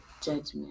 judgment